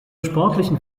sportlichen